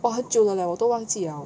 !wah! 很久了 lah 我都忘记 liao